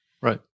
right